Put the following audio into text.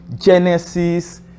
Genesis